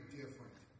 different